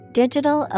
digital